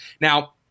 Now